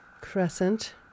crescent